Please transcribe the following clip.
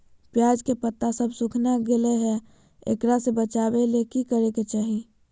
प्याज के पत्ता सब सुखना गेलै हैं, एकरा से बचाबे ले की करेके चाही?